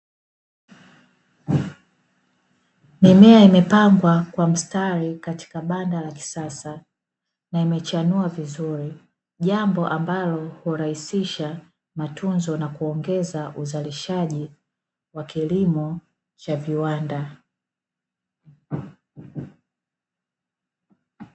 Mimea imepangwa kwa mstari katika banda la kisasa na imechanua vizuri, jambo ambalo hurahisisha matundo na kuongeza uzalishaji wa kilimo cha viwanda.